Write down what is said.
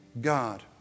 God